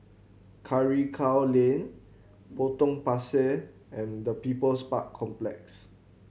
Karikal Lane Potong Pasir and the People's Park Complex